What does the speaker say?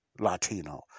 Latino